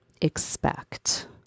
expect